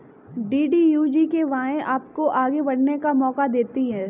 DDU GKY आपको आगे बढ़ने का मौका देती है